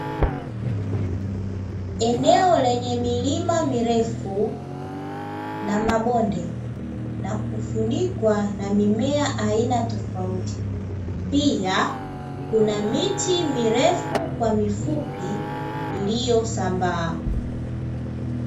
Eneo lenye milima mirefu na mabonde, na kufunikwa na mimea aina tofauti, pia kuna miti mirefu kwa mifupi iliyosambaa.